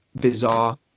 bizarre